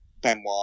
benoit